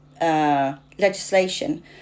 legislation